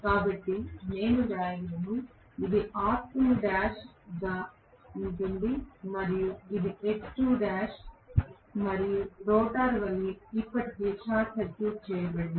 కాబట్టి నేను వ్రాయగలను ఇది R2l గా ఉంటుంది మరియు ఇది X2l మరియు రోటర్ వలె ఇప్పటికే షార్ట్ సర్క్యూట్ చేయబడింది